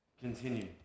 Continue